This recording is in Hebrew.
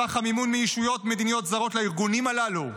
סך המימון מישויות מדיניות זרות לארגונים הללו,